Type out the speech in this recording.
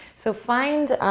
so, find